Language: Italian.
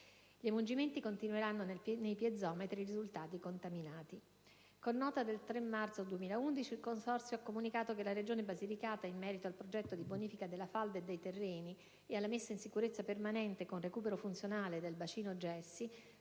Gli emungimenti continueranno nei piezometri risultati contaminati. Con nota del 3 marzo 2011, il Consorzio ha comunicato che la Regione Basilicata in merito al progetto di bonifica della falda e dei terreni e alla messa in sicurezza permanente con recupero funzionale del "bacino gessi",